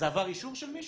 זה עבר אישור של מישהו?